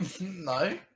No